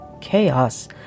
chaos